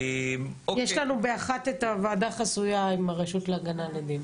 ב-13:00 יש ועדה חסויה עם הרשות להגנה על עדים.